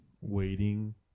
waiting